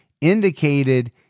indicated